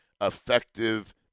effective